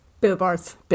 billboards